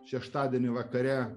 šeštadienį vakare